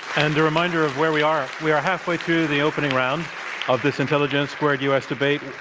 and a reminder of where we are, we are halfway through the opening round of this intelligence squared u. s. debate.